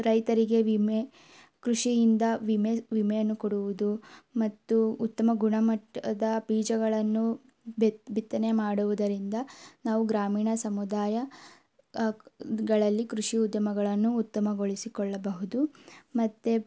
ರೈತರಿಗೆ ವಿಮೆ ಕೃಷಿಯಿಂದ ವಿಮೆ ವಿಮೆಯನ್ನು ಕೊಡುವುದು ಮತ್ತು ಉತ್ತಮ ಗುಣಮಟ್ಟದ ಬೀಜಗಳನ್ನು ಬಿತ್ ಬಿತ್ತನೆ ಮಾಡುವುದರಿಂದ ನಾವು ಗ್ರಾಮೀಣ ಸಮುದಾಯ ಗಳಲ್ಲಿ ಕೃಷಿ ಉದ್ಯಮಗಳನ್ನು ಉತ್ತಮಗೊಳಿಸಿಕೊಳ್ಳಬಹುದು ಮತ್ತು